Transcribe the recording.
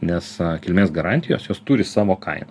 nes kilmės garantijos jos turi savo kainą